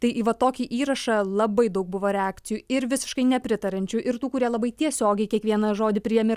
tai į va tokį įrašą labai daug buvo reakcijų ir visiškai nepritariančių ir tų kurie labai tiesiogiai kiekvieną žodį priėmė